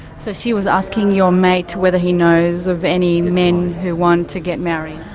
so she was asking your mate whether he knows of any men who want to get married?